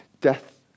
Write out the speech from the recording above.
Death